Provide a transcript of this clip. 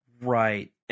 Right